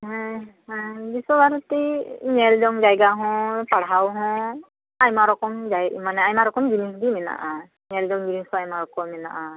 ᱦᱮᱸ ᱦᱮᱸ ᱵᱤᱥᱥᱚ ᱵᱷᱟᱨᱚᱛᱤ ᱧᱮᱞᱡᱚᱝ ᱡᱟᱭᱜᱟ ᱦᱚᱸ ᱯᱟᱲᱦᱟᱣ ᱦᱚᱸ ᱟᱭᱢᱟ ᱨᱚᱠᱚᱢ ᱢᱟᱱᱮ ᱟᱭᱢᱟ ᱨᱚᱠᱚᱢ ᱡᱤᱱᱤᱥ ᱜᱮ ᱢᱮᱱᱟᱜᱼᱟ ᱧᱮᱞᱡᱚᱝ ᱡᱤᱱᱤᱥ ᱠᱚ ᱟᱭᱢᱟ ᱚᱠᱚᱡ ᱢᱮᱱᱟᱜᱼᱟ